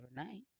overnight